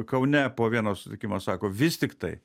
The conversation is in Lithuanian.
kaune po vieno susitikimo sako vis tiktai